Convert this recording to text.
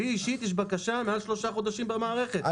לי אישית יש בקשה מעל שלושה חודשים במערכת,